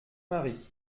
mari